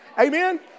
Amen